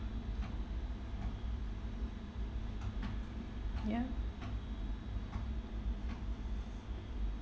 ya